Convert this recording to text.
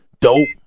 dope